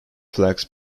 flag